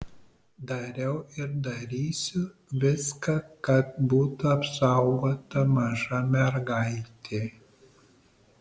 dariau ir darysiu viską kad būtų apsaugota maža mergaitė